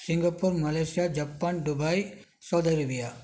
Singapore Malaysia Japan Dubai Saudi Arabia